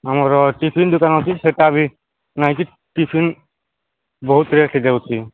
ଆମର ଟିଫିନ୍ ଦୋକାନ ଅଛି ସେଟା ବି ନାଇଁ କି ଟିଫିନ୍ ବହୁତ ରେଟ୍ ହୋଇଯାଉଛି